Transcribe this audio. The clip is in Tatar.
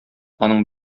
аның